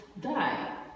die